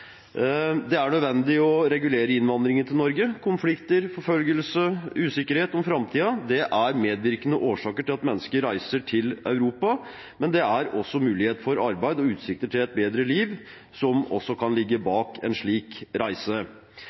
Det er nødvendig å regulere innvandringen til Norge. Konflikter, forfølgelse og usikkerhet for framtiden er medvirkende årsaker til at mennesker reiser til Europa, men også mulighet for arbeid og utsikter til et bedre liv kan ligge bak en slik reise.